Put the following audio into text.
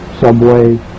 Subway